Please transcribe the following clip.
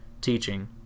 teaching